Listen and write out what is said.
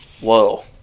whoa